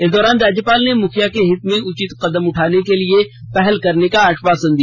इस दौरान राज्यपाल ने मुखिया के हित में उचित कदम उठाने के लिए पहल करने का आश्वासन दिया